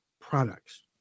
products